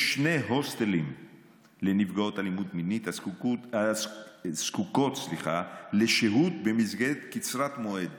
יש שני הוסטלים לנפגעות אלימות מינית הזקוקות לשהות במסגרת קצרת מועד